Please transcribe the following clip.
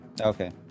Okay